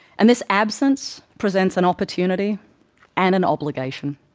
and this absence presents an opportunity and an obligation.